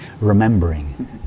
remembering